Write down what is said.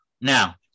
now